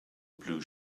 blue